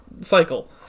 cycle